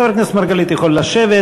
חבר הכנסת מרגלית יכול לשבת.